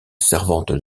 servante